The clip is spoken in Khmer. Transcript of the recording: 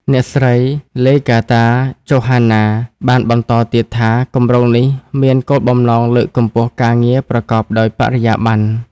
អ្នកស្រី ឡេហ្គាតា ចូហានណា (Legarta Johanna) បានបន្តទៀតថា “គម្រោងនេះមានគោលបំណងលើកកម្ពស់ការងារប្រកបដោយបរិយាប័ន្ន